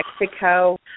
Mexico